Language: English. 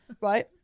right